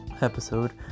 episode